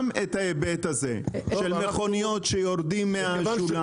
ההיבט הזה של מכוניות שיורדות לשוליים.